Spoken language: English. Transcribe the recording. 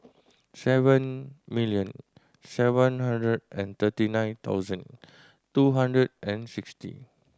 seven million seven hundred and thirty nine thousand two hundred and sixty